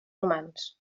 humans